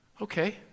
okay